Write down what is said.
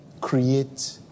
create